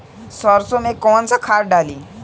सरसो में कवन सा खाद डाली?